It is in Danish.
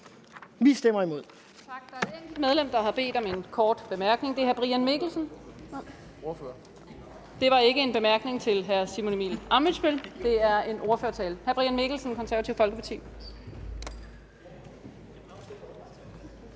Vi stemmer imod.